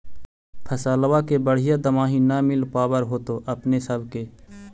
फसलबा के बढ़िया दमाहि न मिल पाबर होतो अपने सब के?